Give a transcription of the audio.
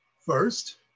first